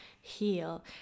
heal